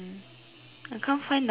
I can't find the other two leh